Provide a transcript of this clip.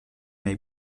may